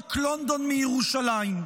כמרחק לונדון מירושלים.